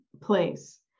place